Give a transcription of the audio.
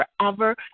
forever